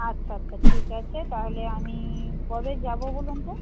আচ্ছা আচ্ছা ঠিক আছে তাহলে আমি কবে যাব বলুন তো